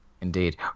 Indeed